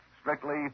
strictly